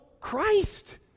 Christ